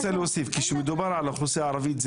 כשמדובר על האוכלוסייה הערבית,